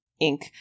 ink